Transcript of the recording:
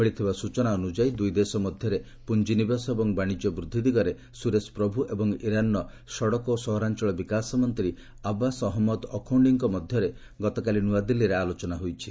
ମିଳିଥିବା ସ୍ୱଚନା ଅନୁଯାୟୀ ଦୁଇ ଦେଶ ମଧ୍ୟରେ ପ୍ରଞ୍ଜିନିବେଶ ଏବଂ ବାଶିଜ୍ୟ ବୃଦ୍ଧି ଦିଗରେ ସ୍ୱରେଶ ପ୍ରଭ୍ ଏବଂ ଇରାନ୍ର ସଡ଼କ ଓ ସହରାଞ୍ଚଳ ବିକାଶ ମନ୍ତ୍ରୀ ଆବାସ୍ ଅହମ୍ମଦ ଅଖୌଣ୍ଡିଙ୍କ ମଧ୍ୟରେ ଗତକାଲି ନ୍ତଆଦିଲ୍ଲୀରେ ଆଲୋଚନା ହୋଇଛି